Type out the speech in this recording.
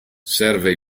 serve